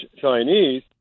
Chinese